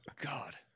God